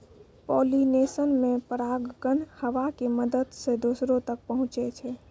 pollination मे परागकण हवा के मदत से दोसरो तक पहुचै छै